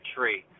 Tree